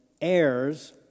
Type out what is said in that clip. heirs